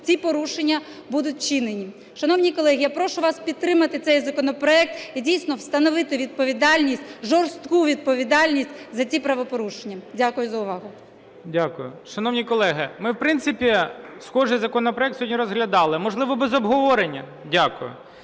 ці порушення будуть вчинені. Шановні колеги, я прошу вас підтримати цей законопроект. І дійсно встановити відповідальність, жорстку відповідальність за ці правопорушення. Дякую за увагу. ГОЛОВУЮЧИЙ. Дякую. Шановні колеги, ми, в принципі, схожий законопроект сьогодні розглядали. Можливо, без обговорення? Дякую.